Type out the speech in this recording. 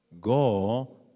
Go